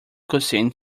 cosine